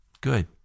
Good